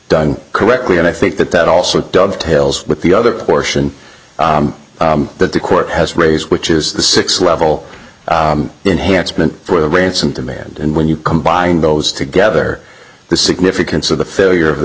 done correctly and i think that that also dovetails with the other portion that the court has raised which is the six level enhanced meant for ransom demand and when you combine those together the significance of the failure of the